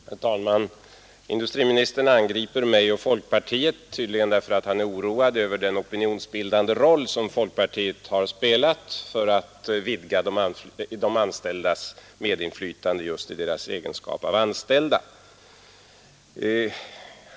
Herr talman! Industriministern angriper mig och folkpartiet tydligen därför att han är oroad över den opinionsbildande roll som folkpartiet spelat för att vidga de anställdas medinflytande just i deras egenskap av anställda.